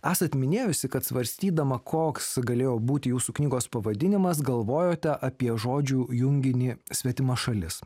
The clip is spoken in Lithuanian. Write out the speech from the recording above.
esat minėjusi kad svarstydama koks galėjo būti jūsų knygos pavadinimas galvojote apie žodžių junginį svetima šalis